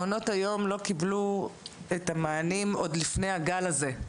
מעונות היום לא קיבלו את המענים עוד לפני הגל הזה,